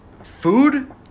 Food